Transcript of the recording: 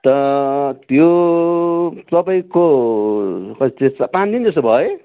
त त्यो तपाईँको खै पाँच दिन जस्तो भयो है